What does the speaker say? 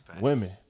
Women